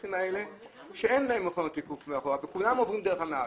אוטובוסים שאין בהם מכונות תיקוף מאחורה וכולם עוברים דרך הנהג?